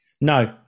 No